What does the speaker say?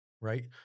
right